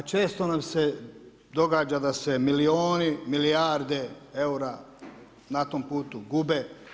A često nam se događa da se milijuni, milijarde eura na tom putu gube.